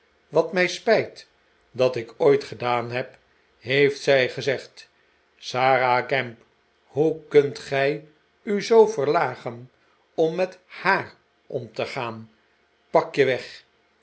wat mij spijt dat ik ooit gedaan heb heeft zij gezegd sara gamp hoe kunt gij u zoo verlagen om met haar om te gaan pak je weg